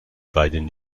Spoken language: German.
beiden